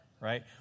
right